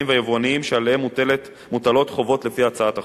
והיבואנים שעליהם מוטלות חובות לפי הצעת החוק,